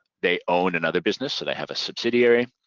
they own another business so they have a subsidiary.